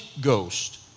Ghost